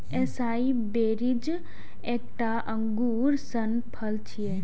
एसाई berries एकटा अंगूर सन फल छियै